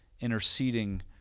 interceding